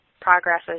progresses